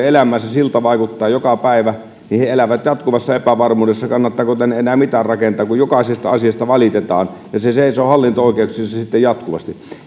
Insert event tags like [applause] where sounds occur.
[unintelligible] elämään se silta vaikuttaa joka päivä elävät jatkuvassa epävarmuudessa että kannattaako tänne enää mitään rakentaa kun jokaisesta asiasta valitetaan ja se seisoo hallinto oikeuksissa sitten jatkuvasti